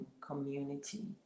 community